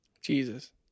Jesus